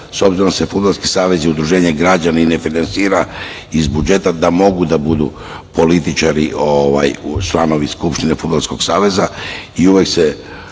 s obzirom da je Fudbalski savez udruženje građana ne finansira iz budžeta da mogu da budu političari članovi skupštine Fudbalskog saveza, i imamo